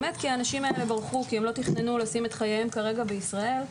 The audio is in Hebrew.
באמת כי האנשים האלה ברחו והם לא תכננו לשים את חייהם כרגע בישראל,